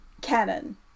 canon